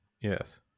Yes